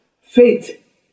faith